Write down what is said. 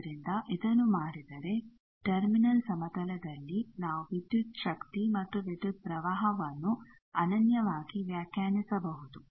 ಆದ್ದರಿಂದ ಇದನ್ನು ಮಾಡಿದರೆ ಟರ್ಮಿನಲ್ ಸಮತಲದಲ್ಲಿ ನಾವು ವಿದ್ಯುತ್ ಶಕ್ತಿ ಮತ್ತು ವಿದ್ಯುತ್ ಪ್ರವಾಹವನ್ನು ಅನನ್ಯವಾಗಿ ವ್ಯಾಖ್ಯಾನಿಸಬಹುದು